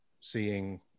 seeing